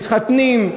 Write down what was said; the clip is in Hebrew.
מתחתנים,